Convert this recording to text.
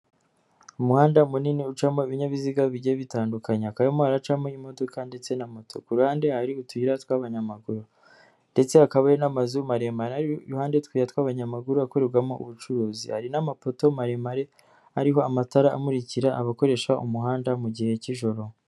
Umuhanda munini ucamo ibinyabiziga bigiye bitandukanye, hakaba harimo haracamo imodoka ndetse na moto, ku ruhande hari utuyira tw'abanyamaguru ndetse hakaba n'amazu maremare, iruhande rw'utuyira tw'abanyamaguru akorerwamo ubucuruzi hari n'amapoto maremare ariho amatara amurikira abakoresha umuhanda mu gihe cy'ijoro.